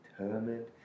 determined